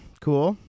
Cool